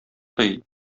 тый